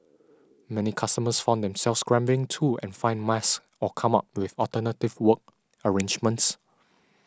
many customers found themselves scrambling to and find masks or come up with alternative work arrangements